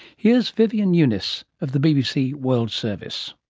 here's vivienne nunis of the bbc world service.